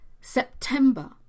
September